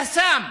יס"מ,